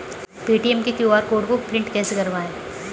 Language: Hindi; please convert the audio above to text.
पेटीएम के क्यू.आर कोड को प्रिंट कैसे करवाएँ?